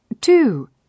Two